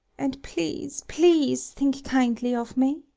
and please, please think kindly of me.